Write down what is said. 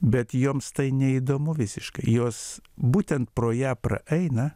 bet joms tai neįdomu visiškai jos būtent pro ją praeina